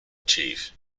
chief